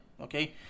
okay